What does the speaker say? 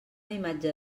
imatge